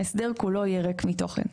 ההסדר כולו יהיה ריק מתוכן.